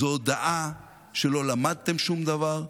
זאת הודאה שלא למדתם שום דבר,